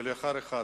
כלאחר יד,